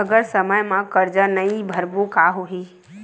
अगर समय मा कर्जा नहीं भरबों का होई?